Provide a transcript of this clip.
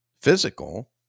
physical